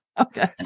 Okay